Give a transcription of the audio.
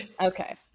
Okay